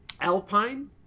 alpine